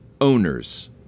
owners